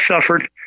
suffered